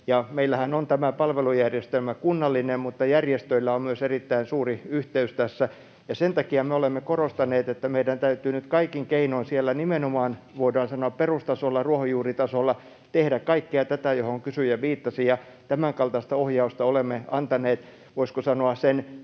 Meillähän on tämä palvelujärjestelmä kunnallinen, mutta järjestöillä on myös erittäin suuri yhteys tässä, ja sen takia me olemme korostaneet, että meidän täytyy nyt kaikin keinoin nimenomaan siellä, voidaan sanoa, perustasolla, ruohonjuuritasolla, tehdä kaikkea tätä, johon kysyjä viittasi, ja tämänkaltaista ohjausta olemme antaneet, voisiko sanoa, sen